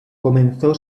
comenzó